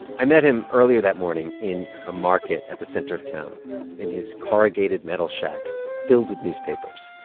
i met him earlier that morning in a market at the center of town in his corrugated metal shack filled with newspapers.